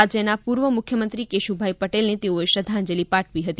રાજ્યના પૂર્વ મુખ્યમંત્રી કેશુભાઇ પટેલને તેઓએ શ્રદ્ધાંજલિ પાઠવી હતી